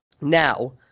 Now